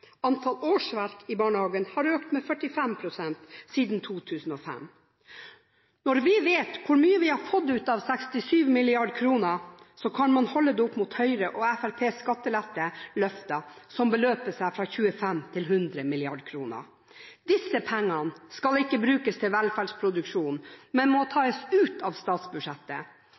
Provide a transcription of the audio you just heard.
Antall årsverk i barnehagene har økt med 45 pst. siden 2005. Når vi vet hvor mye vi har fått ut av 67 mrd. kr, kan man holde det opp mot Høyres og Fremskrittspartiets skatteletteløfter, som beløper seg fra 25 til 100 mrd. kr. Disse pengene skal ikke brukes til velferdsproduksjon, men må tas ut av statsbudsjettet.